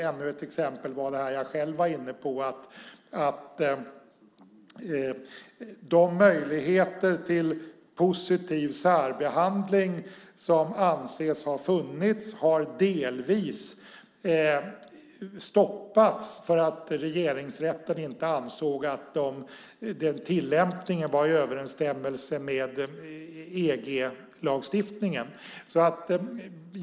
Ännu ett exempel är det jag själv var inne på; de möjligheter till positiv särbehandling som anses ha funnits har delvis stoppats för att Regeringsrätten inte ansåg att tillämpningen var i överensstämmelse med EG-lagstiftningen.